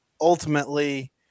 ultimately